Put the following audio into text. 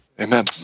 Amen